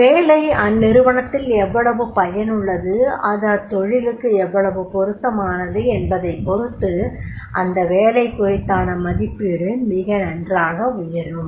ஒரு வேலை அந்நிறுவனத்தில் எவ்வளவு பயனுள்ளது அது அத்தொழிலுக்கு எவ்வளவு பொருத்தமானது என்பதைப் பொறுத்து அந்த வேலை குறித்தான மதிப்பீடு மிக நன்றாக உயரும்